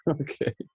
Okay